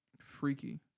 Freaky